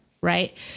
right